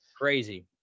Crazy